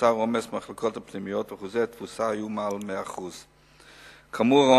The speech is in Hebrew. נוצר עומס במחלקות הפנימיות והתפוסה היתה מעל 100%. כאמור,